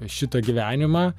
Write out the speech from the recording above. šitą gyvenimą